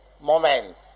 moment